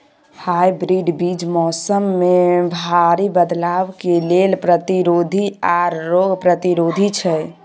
hybrid बीज मौसम में भारी बदलाव के लेल प्रतिरोधी आर रोग प्रतिरोधी छै